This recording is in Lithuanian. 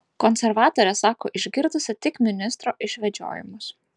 konservatorė sako išgirdusi tik ministro išvedžiojimus